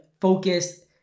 focused